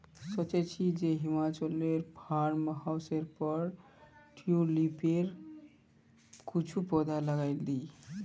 सोचे छि जे हिमाचलोर फार्म हाउसेर पर ट्यूलिपेर कुछू पौधा लगइ दी